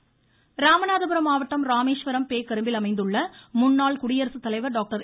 ராதாகிருஷ்ணன் ராமநாதபுரம் மாவட்டம் ராமேஸ்வரம் பேக்கரும்பில் அமைந்துள்ள முன்னாள் குடியரசுத்தலைவர் டாக்டர்